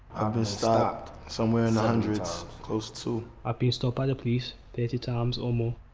been stopped somewhere in the hundreds, close to. i've been stopped by the police thirty times or more.